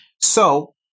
So-